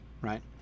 right